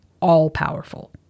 all-powerful